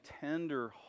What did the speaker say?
tender